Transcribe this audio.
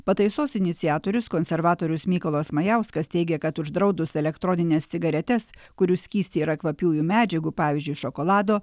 pataisos iniciatorius konservatorius mykolas majauskas teigia kad uždraudus elektronines cigaretes kurių skystyje yra kvapiųjų medžiagų pavyzdžiui šokolado